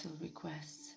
requests